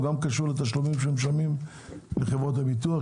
הוא גם קשור לתשלומים שמשלמים בחברות הביטוח,